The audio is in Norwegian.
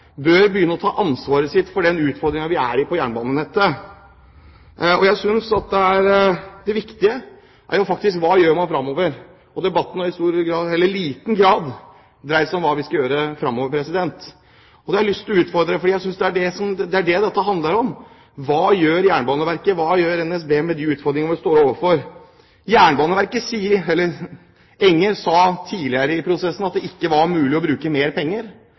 bør begynne å ta sitt ansvar for den utfordringen vi har når det gjelder jernbanenettet. Jeg synes at det viktige faktisk er: Hva gjør man framover? Debatten har i liten grad dreid seg om hva vi skal gjøre framover. Det har jeg lyst til å utfordre på, for jeg synes det er det dette handler om: Hva gjør Jernbaneverket, og hva gjør NSB med de utfordringene vi står overfor? Enger sa tidligere i prosessen at det ikke var mulig å bruke mer penger